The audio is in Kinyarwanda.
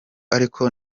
ariko